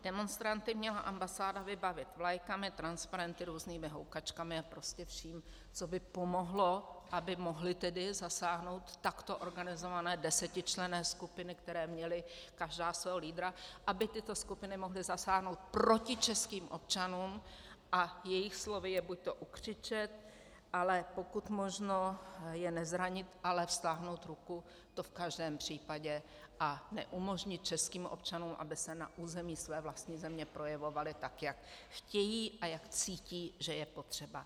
Demonstranty měla ambasáda vybavit vlajkami, transparenty, různými houkačkami a prostě vším, co by pomohlo, aby mohly zasáhnout takto organizované desetičlenné skupiny, které měly každá svého lídra, aby tyto skupiny mohly zasáhnout proti českým občanům a jejich slovy je buďto ukřičet, ale pokud možno je nezranit, ale vztáhnout ruku, to v každém případě, a neumožnit českým občanům, aby se na území své vlastní země projevovali tak, jak chtějí a jak cítí, že je potřeba.